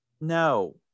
No